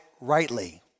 rightly